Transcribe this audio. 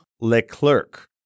Leclerc